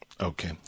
Okay